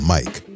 Mike